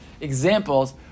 examples